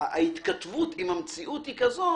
ההתכתבות עם המציאות היא כזאת